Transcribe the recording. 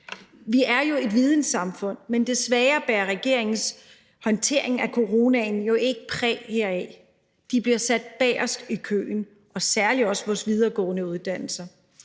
Vi er jo et vidensamfund, men desværre bærer regeringens håndtering af coronaen jo ikke præg heraf. De bliver sat bagerst i køen, og det gælder særlig også vores videregående uddannelser.